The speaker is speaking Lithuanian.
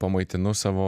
pamaitinu savo